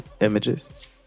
Images